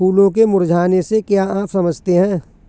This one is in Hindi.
फूलों के मुरझाने से क्या आप समझते हैं?